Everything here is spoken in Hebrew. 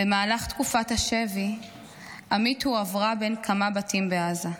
במהלך תקופת השבי עמית הועברה בין כמה בתים בעזה.